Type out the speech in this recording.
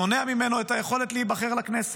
מונע ממנו את היכולת להיבחר לכנסת.